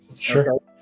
Sure